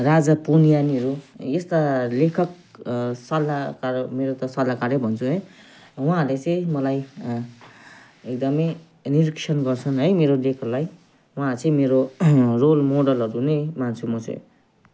राजा पुनियानीहरू यस्ता लेखक सल्लाहकार मेरो त सल्लाहकारै भन्छु है उहाँहरूले चाहिँ मलाई एकदमै निरीक्षण गर्छन् है मेरो लेखहरूलाई उहाँहरू चाहिँ मेरो रोलमोडलहरू नै मान्छु म चाहिँ